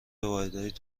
واحدهای